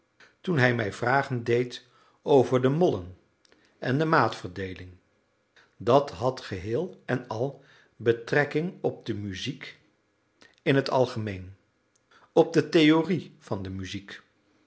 toen hij mij vragen deed over de mollen en de maatverdeeling dat had geheel-en-al betrekking op de muziek in t algemeen op de theorie van de muziek